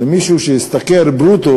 למישהו שהשתכר ברוטו,